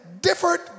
differed